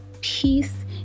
peace